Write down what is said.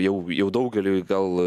jau jau daugeliui gal